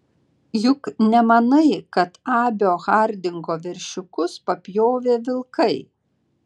juk nemanai kad abio hardingo veršiukus papjovė vilkai